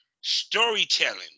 storytelling